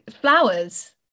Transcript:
flowers